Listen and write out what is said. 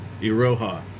Iroha